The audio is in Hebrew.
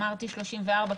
אמרתי 34,